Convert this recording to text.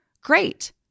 great